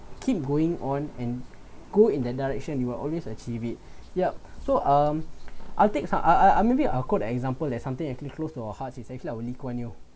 keep going on and go in that direction you will always achieve it yup so um I'll take some uh uh uh maybe I'll call the example that something it can close to our hearts is actually our lee kuan yew